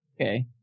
Okay